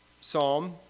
psalm